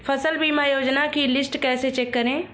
फसल बीमा योजना की लिस्ट कैसे चेक करें?